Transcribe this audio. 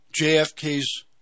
JFK's